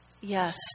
Yes